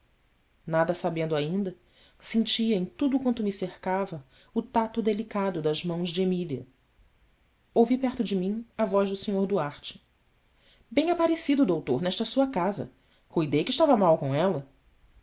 nada sabendo ainda sentia em tudo quanto me cercava o tato delicado das mãos de emília ouvi perto de mim a voz do r uarte em aparecido doutor nesta sua casa cuidei que estava mal com ela